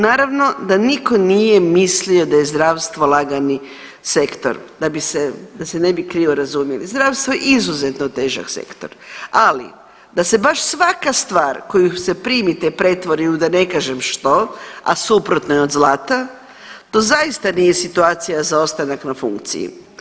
Naravno da nitko nije mislio da je zdravstvo lagani sektor, da bi se, da se ne bi krivo razumjeli, zdravstvo je izuzetno težak sektor, ali da se baš svaka stvar koju se primite pretvori u da ne kažem što a suprotno je od zlata, to zaista nije situacija za ostanak na funkciji.